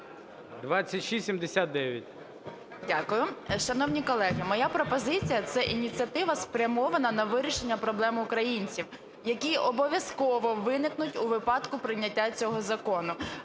Н.І. Дякую. Шановні колеги, моя пропозиція – це ініціатива, спрямована на вирішення проблем українців, які обов'язково виникнуть у випадку прийняття цього закону.